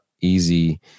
easy